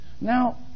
Now